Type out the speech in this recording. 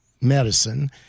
medicine